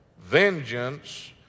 Vengeance